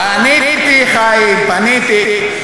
פניתי, חיים, פניתי.